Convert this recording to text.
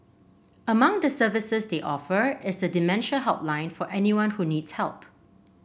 among the services they offer is a dementia helpline for anyone who needs help